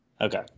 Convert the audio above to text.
Okay